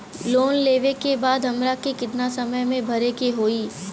Loan लेवे के बाद हमरा के कितना समय मे भरे के होई?